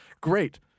Great